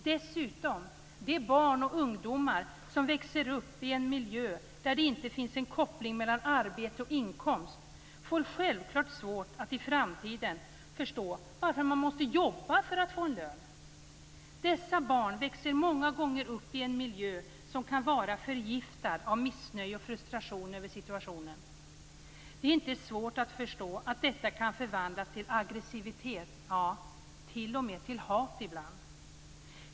Dessutom får de barn och ungdomar som växer upp i en miljö där det inte finns en koppling mellan arbete och inkomst självfallet svårt att i framtiden förstå varför man måste jobba för att få en lön. Dessa barn växer många gånger upp i en miljö som kan vara förgiftad av missnöje och frustration över situationen. Det är inte svårt att förstå att detta kan förvandlas till aggressivitet, ja t.o.m. till hat ibland.